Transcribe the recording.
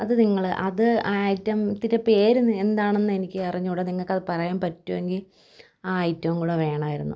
അതു നിങ്ങൾ അത് ആ ഐറ്റത്തിൻ്റെ പേര് ന് എന്താണെന്ന് എനിക്ക് അറിഞ്ഞു കൂടാ നിങ്ങൾക്കതു പറയാൻ പറ്റുമെങ്കിൽ ആ ഐറ്റം കൂടി വേണമായിരുന്നു